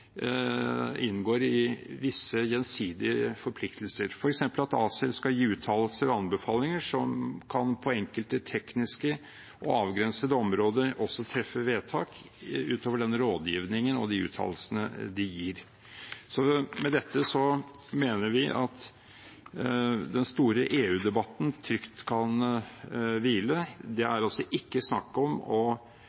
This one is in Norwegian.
inngår visse gjensidige forpliktelser, f.eks. at ACER skal gi uttalelser og anbefalinger og på enkelte tekniske og avgrensede områder også kan treffe vedtak utover den rådgivningen og de uttalelsene de gir. Med dette mener vi at den store EU-debatten trygt kan hvile. Det